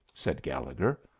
said gallegher.